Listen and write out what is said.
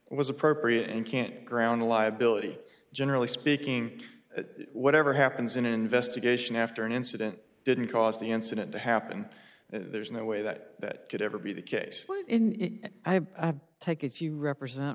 was appropriate and can't ground a liability generally speaking that whatever happens in an investigation after an incident didn't cause the incident to happen there's no way that could ever be the case in i take if you represent